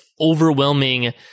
overwhelming